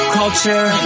culture